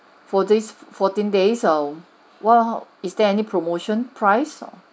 for these fourteen days um will is there any promotion price or